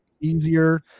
easier